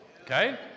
Okay